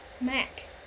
Mac